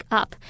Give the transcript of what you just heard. up